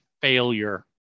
failure